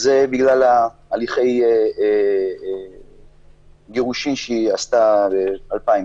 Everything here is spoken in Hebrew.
זה בגלל הליכי הגירושין שהיא החלה ב-2013,